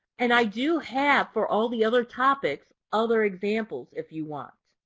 and i do have, for all the other topics, other examples if you want.